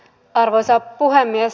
arvoisa puhemies